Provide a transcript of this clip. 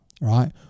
right